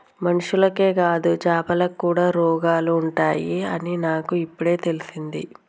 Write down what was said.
మనుషులకే కాదు చాపలకి కూడా రోగాలు ఉంటాయి అని నాకు ఇపుడే తెలిసింది